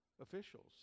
officials